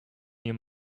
near